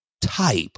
type